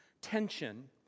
tension